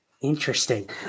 Interesting